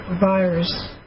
virus